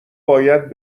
باید